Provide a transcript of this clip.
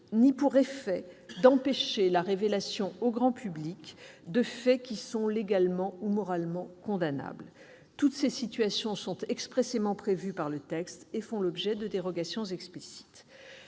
ni pour effet d'empêcher la révélation au grand public de faits légalement ou moralement condamnables.